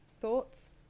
Thoughts